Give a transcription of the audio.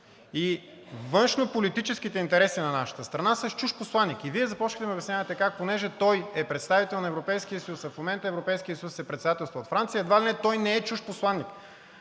и външнополитическите интереси на нашата страна, с чужд посланик?“ Вие започнахте да ми обяснявате как, понеже той е представител на Европейския съюз, а в момента Европейският съюз се председателства от Франция, той едва ли не не е чужд посланик.